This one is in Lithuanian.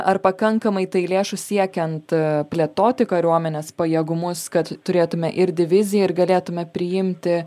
ar pakankamai tai lėšų siekiant plėtoti kariuomenės pajėgumus kad turėtume ir diviziją ir galėtume priimti